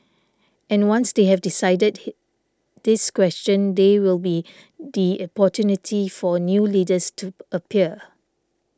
and once they have decided this question there will be the opportunity for new leaders to appear